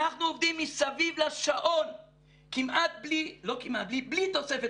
אנחנו עובדים מסביב לשעון בלי תוספת